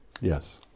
Yes